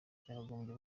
cyagombye